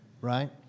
Right